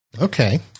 Okay